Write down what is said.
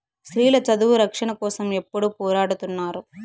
స్త్రీల చదువు రక్షణ కోసం ఎప్పుడూ పోరాడుతున్నారు